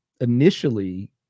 initially